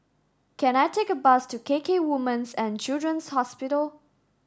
can I take a bus to K K Woman's and Children's Hospital